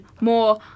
more